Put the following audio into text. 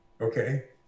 okay